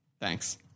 thanks